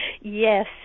Yes